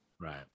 Right